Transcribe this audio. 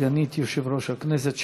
סגנית יושב-ראש הכנסת,